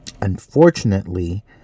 Unfortunately